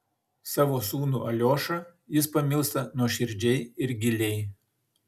savo sūnų aliošą jis pamilsta nuoširdžiai ir giliai